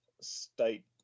State